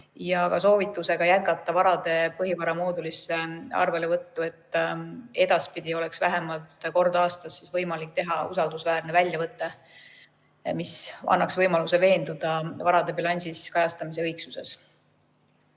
soovitusega jätkata varade põhivaramoodulisse arvelevõttu, et edaspidi oleks vähemalt kord aastas võimalik teha usaldusväärne väljavõte, mis annaks võimaluse veenduda varade bilansis kajastamise õigsuses.